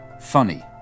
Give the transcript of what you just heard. funny